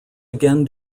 again